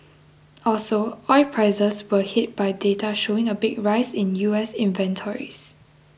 also oil prices were hit by data showing a big rise in U S inventories